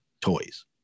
toys